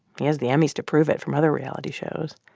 he has the emmys to prove it from other reality shows.